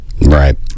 Right